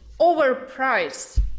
overpriced